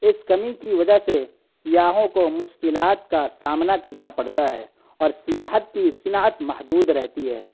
اس کمی کی وجہ سے سیاحوں کو مشکلات کا سامنا کرنا پڑتا ہے اور سیاحت کی صنعت محدود رہتی ہے